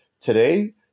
today